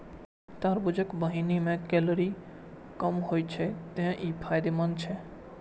तरबूजक बीहनि मे कैलोरी कम होइ छै, तें ई फायदेमंद छै